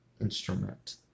instrument